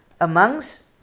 amongst